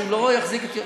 שהוא לא יחזיק את,?